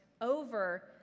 over